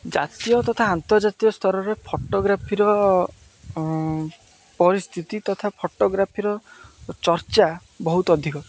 ଜାତୀୟ ତଥା ଆନ୍ତର୍ଜାତୀୟ ସ୍ତରରେ ଫଟୋଗ୍ରାଫିର ପରିସ୍ଥିତି ତଥା ଫଟୋଗ୍ରାଫିର ଚର୍ଚ୍ଚା ବହୁତ ଅଧିକ